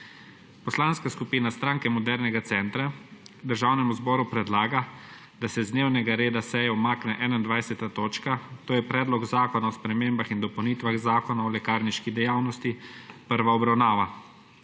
Poslanska skupina SMC Državnemu zboru predlaga, da se z dnevnega reda seje umakne 21. točka, to je Predlog zakona o spremembah in dopolnitvah Zakona o lekarniški dejavnosti, prva obravnava.